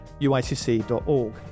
uicc.org